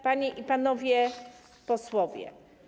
Panie i Panowie Posłowie!